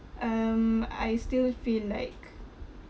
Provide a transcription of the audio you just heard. um I still feel like